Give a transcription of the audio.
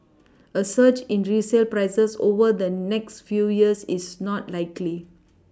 a surge in resale prices over the next few years is not likely